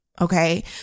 Okay